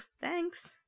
thanks